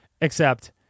Except-